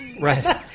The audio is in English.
Right